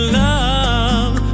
love